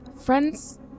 friends